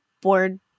board